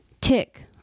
tick